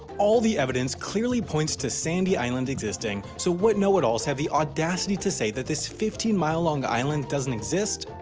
all the evidence clearly points to sandy island existing so what know-it-alls have the audacity to say that this fifteen mile long island doesn't exist?